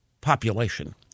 population